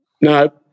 No